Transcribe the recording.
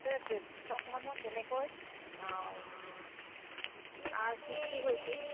বৈষ্ণৱ ধৰ্ম কেনেকৈ অ সৃষ্টি হৈছিল